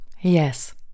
Yes